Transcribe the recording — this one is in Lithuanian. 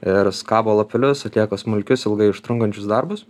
ir skabo lapelius atlieka smulkius ilgai užtrunkančius darbus